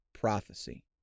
prophecy